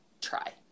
try